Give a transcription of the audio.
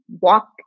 Walk